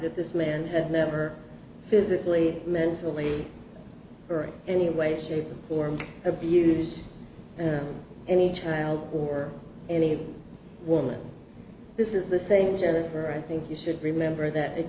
that this man had never physically mentally or any way shape or form abused any child or any woman this is the same gender or i think you should remember